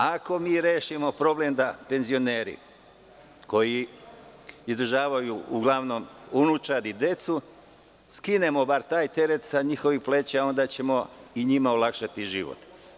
Ako mi rešimo problem da penzioneri koji izdržavaju uglavnom unučad i decu, skinemo bar taj teret sa njihovih pleća, onda ćemo i njima olakšati život.